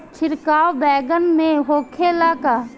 छिड़काव बैगन में होखे ला का?